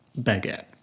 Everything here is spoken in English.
baguette